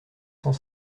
cent